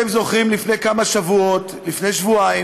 אתם זוכרים, לפני כמה שבועות, לפני שבועיים,